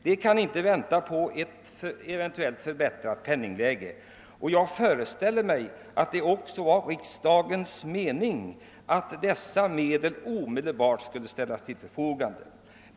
De kan inte vänta på en eventuell förbättring av penningläget, och jag föreställer mig att det också var riksdagens mening att dessa medel omedelbart skulle ställas till förfogande.